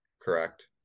Correct